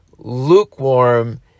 lukewarm